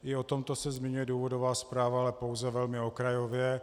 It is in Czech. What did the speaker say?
I o tomto se zmiňuje důvodová zpráva, ale pouze velmi okrajově.